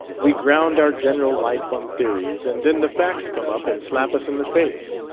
we ground our general life on theories, and then the facts come up and slap us in the face.